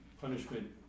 punishment